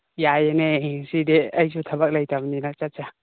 ꯌꯥꯏꯅꯦ ꯉꯁꯤꯗꯤ ꯑꯩꯁꯨ ꯊꯕꯛ ꯂꯩꯇꯕꯅꯤꯅ ꯆꯠꯁꯦ